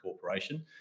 Corporation